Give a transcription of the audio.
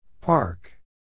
Park